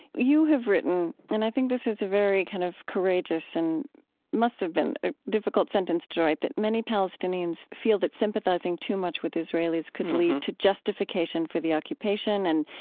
you have written, and i think this is very kind of courageous and must have been a difficult sentence to write, that many palestinians feel that sympathizing too much with israelis could lead to justification for the occupation, and,